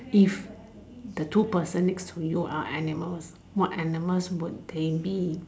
if the two person next to you are animals what animals would they be